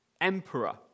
emperor